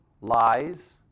lies